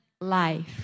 life